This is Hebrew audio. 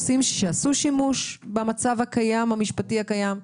שעשו שימוש במצב המשפטי הקיים,